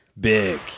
Big